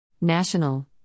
National